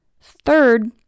Third